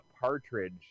partridge